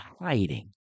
hiding